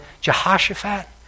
Jehoshaphat